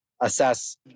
assess